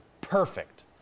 perfect